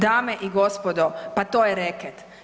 Dame i gospodo, pa to je reket.